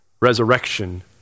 resurrection